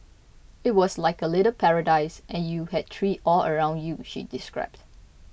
it was like a little paradise and you had trees all around you she described